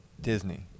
Disney